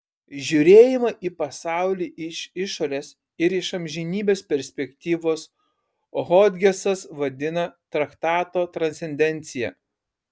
žiūrėjimą į pasaulį iš išorės ir iš amžinybės perspektyvos hodgesas vadina traktato transcendencija